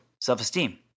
self-esteem